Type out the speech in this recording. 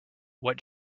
what